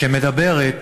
שמדברת